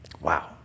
Wow